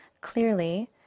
clearly